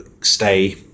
stay